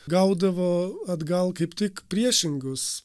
gaudavo atgal kaip tik priešingus